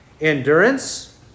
endurance